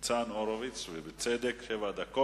חבר הכנסת ניצן הורוביץ, ובצדק, שבע דקות.